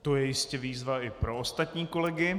To je jistě výzva i pro ostatní kolegy.